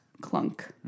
Clunk